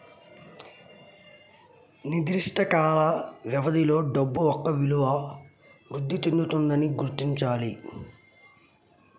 నిర్దిష్ట కాల వ్యవధిలో డబ్బు యొక్క విలువ వృద్ధి చెందుతుందని గుర్తించాలి